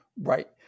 Right